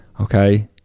Okay